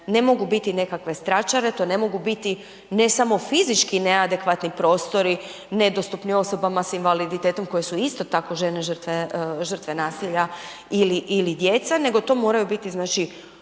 ne mogu biti nekakve stračare, to ne mogu biti ne samo fizički neadekvatni prostori nedostupni osobama sa invaliditetom koje su isto tako žene žrtve nasilja ili djeca nego to moraju biti znači